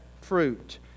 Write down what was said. fruit